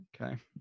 Okay